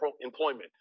employment